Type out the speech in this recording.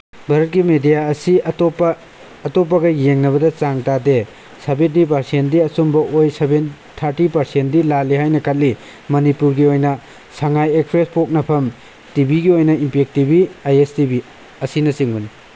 ꯚꯥꯔꯠꯀꯤ ꯃꯦꯗꯤꯌꯥ ꯑꯁꯤ ꯑꯇꯣꯞꯄ ꯑꯇꯣꯞꯄꯒ ꯌꯦꯡꯅꯕꯗ ꯆꯥꯡ ꯇꯥꯗꯦ ꯁꯦꯚꯦꯟꯇꯤ ꯄꯥꯔꯁꯦꯟꯗꯤ ꯑꯆꯨꯝꯕ ꯑꯣꯏ ꯊꯥꯔꯇꯤ ꯄꯥꯔꯁꯦꯟꯗꯤ ꯂꯥꯜꯂꯤ ꯍꯥꯏꯅ ꯈꯜꯂꯤ ꯃꯅꯤꯄꯨꯔꯒꯤ ꯑꯣꯏꯅ ꯁꯉꯥꯏ ꯑꯦꯛꯁꯄ꯭ꯔꯦꯁ ꯄꯣꯛꯅꯐꯝ ꯇꯤꯚꯤꯒꯤ ꯑꯣꯏꯅ impact T V I S T V ꯑꯁꯤꯅꯆꯤꯡꯕꯅꯤ